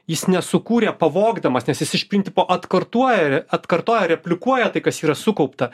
jis nesukūrė pavogdamas nes jis iš principo atkartuoja atkartoja replikuoja tai kas yra sukaupta